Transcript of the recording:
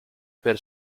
per